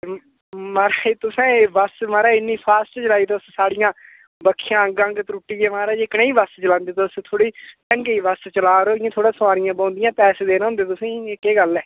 महाराज तुसें एह् बस महाराज इन्नी फास्ट चलाई तुस साढ़ियां बक्खियां अंग अंग त्रुट्टी गे महाराज कनेही बस चलांदे तुस थोह्ड़ी ढंगै दी बस चला करो इ'यां थोह्ड़ा सवारियां बौंह्दियां पैसे देने होंदे तुसेंगी एह् केह् गल्ल ऐ